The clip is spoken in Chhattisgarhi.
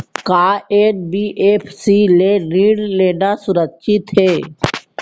का एन.बी.एफ.सी ले ऋण लेना सुरक्षित हे?